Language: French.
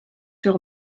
sur